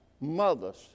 mothers